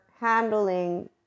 handling